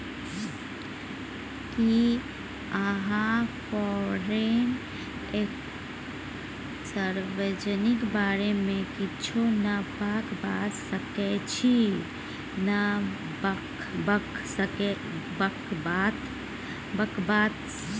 कि अहाँ foreign exchange service बारे मे किछ नबका बता सकै छी